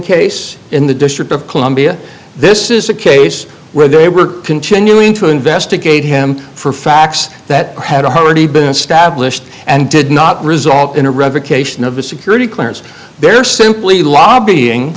case in the district of columbia this is a case where they were continuing to investigate him for facts that had already been established and did not result in a revocation of a security clearance they're simply lobbying